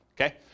okay